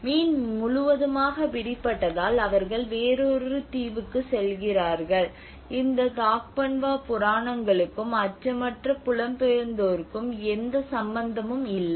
மீன் முழுவதுமாக பிடிபட்டதால் அவர்கள் வேறொரு தீவுக்குச் செல்கிறார்கள் இந்த தாக்பன்வா புராணங்களுக்கும் அச்சமற்ற புலம்பெயர்ந்தோருக்கும் எந்த சம்பந்தமும் இல்லை